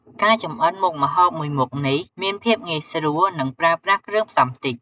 ការចំអិនមុខម្ហូបមួយមុខនេះមានភាពងាយស្រួល និងប្រើប្រាស់គ្រឿងផ្សំតិច។